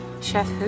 Chef